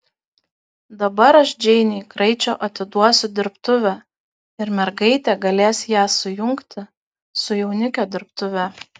dabar aš džeinei kraičio atiduosiu dirbtuvę ir mergaitė galės ją sujungti su jaunikio dirbtuve